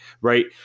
Right